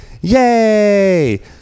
Yay